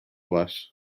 var